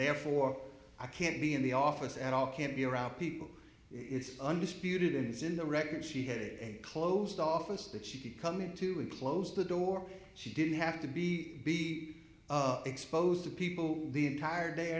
therefore i can't be in the office and all can't be around people it's undisputed ins in the record she had a closed office that she could come into and close the door she didn't have to be exposed to people who leave entire day